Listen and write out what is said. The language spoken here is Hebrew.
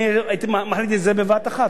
הייתי מחליט על זה בבת-אחת.